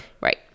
Right